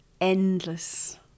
endless